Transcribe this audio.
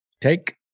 take